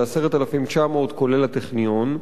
10,900 כולל הטכניון,